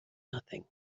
nothing